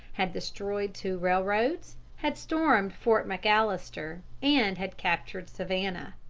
had destroyed two railroads, had stormed fort mcallister, and had captured savannah.